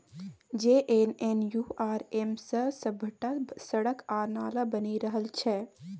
JNNURM सँ सभटा सड़क आ नाला बनि रहल छै